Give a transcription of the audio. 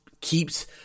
keeps